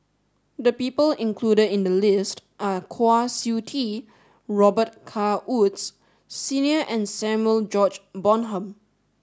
the people included in the list are Kwa Siew Tee Robet Carr Woods Senior and Samuel George Bonham